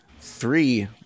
three